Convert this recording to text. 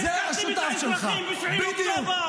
ביבי שלח לו.